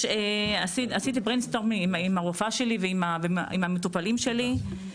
עשיתי סיעור מוחות עם הרופאה והמטופלים שלי,